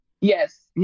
Yes